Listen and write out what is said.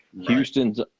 Houston's